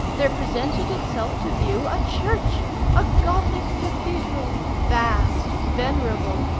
there presented itself to view a church a gothic cathedral vast, venerable,